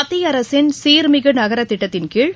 மத்திய அரசின் சீாமிகு நகர திட்டத்தின் கீழ்